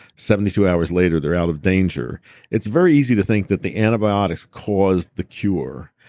seventy two hours later, they're out of danger it's very easy to think that the antibiotics caused the cure,